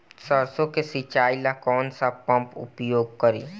सरसो के सिंचाई ला कौन सा पंप उपयोग करी?